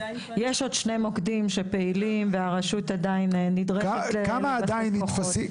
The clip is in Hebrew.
יש עוד שני מוקדים שפעילים והרשות עדיין נדרשת לכוחות.